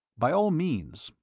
by all means.